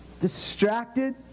distracted